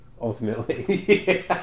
ultimately